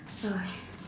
uh